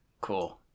Cool